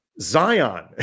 Zion